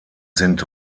sind